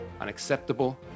unacceptable